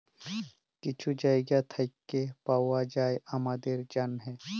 কিছু জায়গা থ্যাইকে পাউয়া যায় আমাদের জ্যনহে